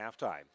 halftime